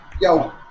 yo